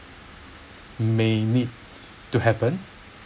may need to happen